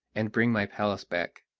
and bring my palace back.